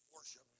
worship